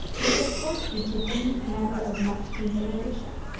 must of course be to him matter of much consideration.